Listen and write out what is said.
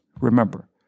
remember